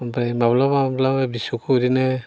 ओमफाय माब्लाबा माब्लाबा फिसौखौ ओरैनो